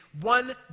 one